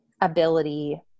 ability